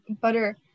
butter